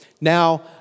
Now